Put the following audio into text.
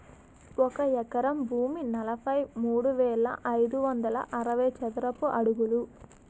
ఒక ఎకరం భూమి నలభై మూడు వేల ఐదు వందల అరవై చదరపు అడుగులు